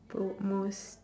most